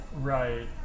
Right